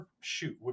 shoot